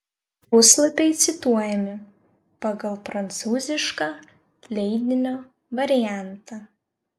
puslapiai cituojami pagal prancūzišką leidinio variantą